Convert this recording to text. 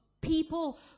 people